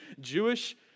Jewish